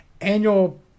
annual